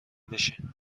بشین